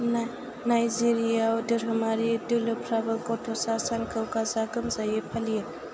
ना नाइजेरियाआव धोरोमारि दोलोफ्राबो गथ'सा सानखौ गाजा गोमजायो फालियो